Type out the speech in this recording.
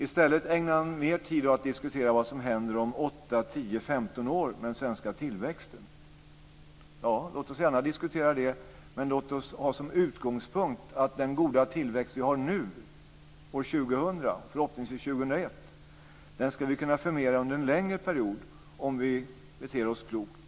I stället ägnar han mer tid åt att diskutera vad som händer om åtta, tio, femton år med den svenska tillväxten. Låt oss gärna diskutera det, men låt oss ha som utgångspunkt att den goda tillväxt vi nu har, år 2000 och förhoppningsvis år 2001, ska vi kunna förmera under en längre period om vi beter oss klokt.